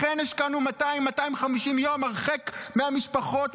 לכן השקענו 250-200 יום הרחק מהמשפחות,